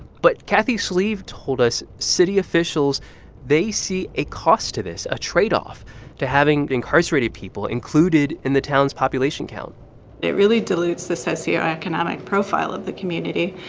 but kathy schlieve told us city officials they see a cost to this, a trade-off to having incarcerated people included in the town's population count it really dilutes the socioeconomic profile of the community.